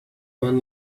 man